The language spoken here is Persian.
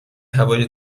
هوای